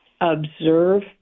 observe